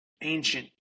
ancient